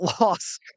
loss